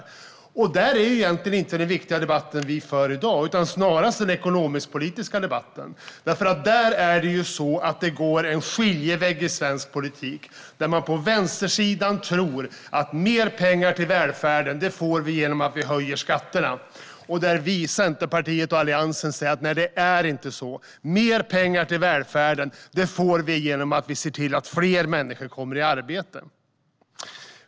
Där är det viktiga egentligen inte debatten vi för i dag utan snarare den ekonomisk-politiska debatten, för där går det en skiljelinje i svensk politik. På vänstersidan tror man att mer pengar till välfärden får vi genom att höja skatterna. Vi i Centerpartiet och Alliansen säger att det inte är så, utan mer pengar till välfärden får vi genom att se till att fler människor kommer i arbete.